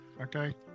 Okay